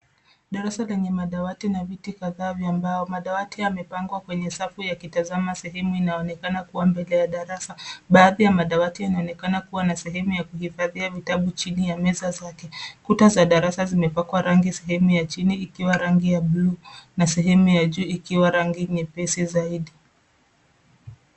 Darasa lenye madawati na viti kadhaa vya mbao. Madawati yamepangwa kwenye safu yakitazamma sehemu inayoonekana kuwa mbele ya darasa. Baadhi ya madawati yanaonekana kuwa na sehemu kuhifadhia vitabu chini ya meza zake. Kuta za darasa zimepakwa rangi sehemu ya chini ikiwa rangi ya buluu na sehemu ya juu ikiwa rangi nyepesi zaidi.